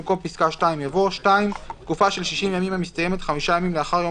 במקום פסקה (2) יבוא: "(2)תקופה של 60 ימים המסתיימת 5 ימים לאחר יום